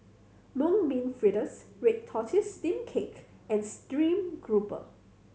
Mung Bean Fritters red tortoise steamed cake and stream grouper